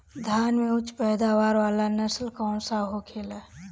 धान में उच्च पैदावार वाला नस्ल कौन सा होखेला?